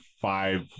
five